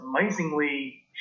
amazingly